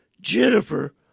Jennifer